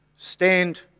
Stand